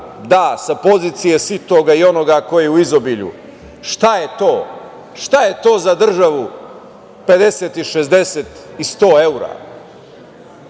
da, sa pozicije sitoga i onoga koji je u izobilju, šta je to, šta je to za državu 50 i 60 i 100 evra.